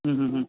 હં હં હં